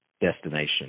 destination